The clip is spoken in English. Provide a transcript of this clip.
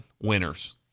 Winners